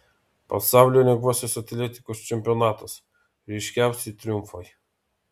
pasaulio lengvosios atletikos čempionatas ryškiausi triumfai